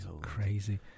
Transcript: crazy